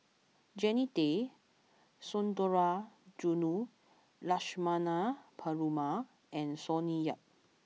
Jannie Tay Sundarajulu Lakshmana Perumal and Sonny Yap